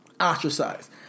ostracized